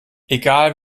egal